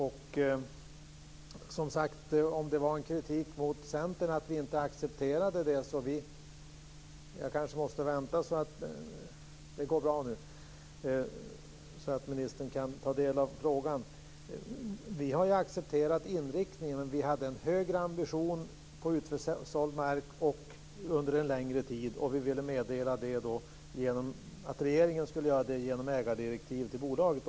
Jag vet inte om det var kritik mot oss i Centern att vi inte accepterade detta. Vi har accepterat inriktningen, men vi hade en högre ambition för utförsåld mark och en längre tid. Vi ville meddela detta och vi ville att regeringen skulle göra det genom ägardirektiv till bolaget.